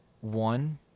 one